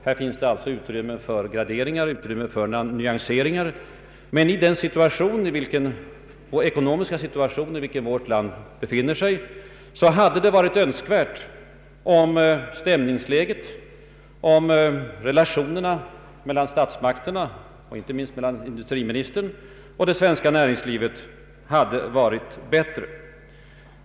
Det finns naturligtvis utrymme för graderingar och nyanseringar, men så mycket är ändå obestridligt, att det i den ekonomiska situation vårt land befinner sig i hade varit önskvärt om stämningsläget och relationerna mellan statsmakterna — inte minst industriministern — och det svenska näringslivet varit bättre.